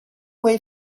way